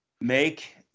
Make